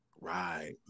right